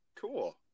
cool